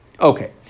Okay